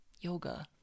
yoga